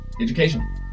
Education